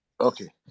okay